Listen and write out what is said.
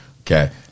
okay